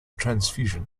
transfusion